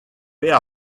petra